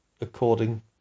according